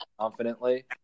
confidently